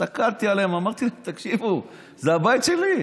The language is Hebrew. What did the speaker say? הסתכלתי עליהם, אמרתי: תקשיבו, זה הבית שלי,